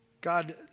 God